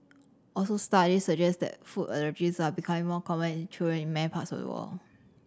also studies suggest that food allergies are becoming more common in in many parts of the world